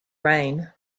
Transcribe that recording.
rain